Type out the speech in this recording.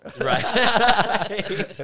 Right